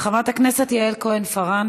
חברת הכנסת יעל כהן-פארן,